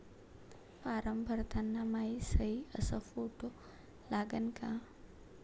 Form भरताना मायी सयी अस फोटो लागन का?